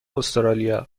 استرالیا